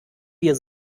wir